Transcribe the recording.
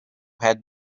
had